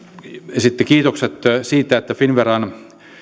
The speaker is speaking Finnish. esitti kiitokset siitä että finnveran